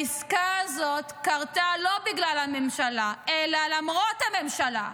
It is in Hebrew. העסקה הזאת לא קרתה בגלל הממשלה אלא למרות הממשלה.